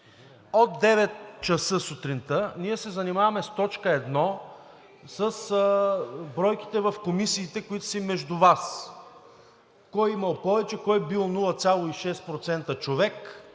От 9,00 ч. сутринта ние се занимаваме с т. 1, с бройките в комисиите, които са си между Вас – кой имал повече, кой бил 0,6% човек,